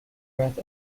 breath